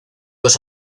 los